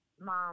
mom